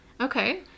okay